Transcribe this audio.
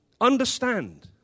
Understand